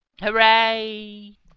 Hooray